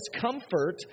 comfort